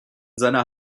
seiner